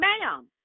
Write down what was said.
Ma'am